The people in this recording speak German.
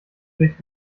durch